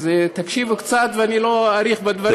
אז תקשיבו קצת ואני לא אאריך בדברים,